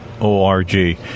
o-r-g